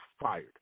fired